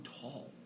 tall